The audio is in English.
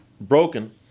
broken